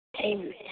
Amen